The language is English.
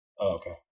okay